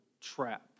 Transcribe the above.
trap